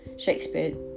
Shakespeare